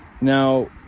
Now